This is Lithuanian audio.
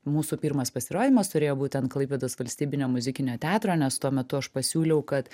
mūsų pirmas pasirodymas turėjo būt ant klaipėdos valstybinio muzikinio teatro nes tuo metu aš pasiūliau kad